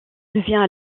devient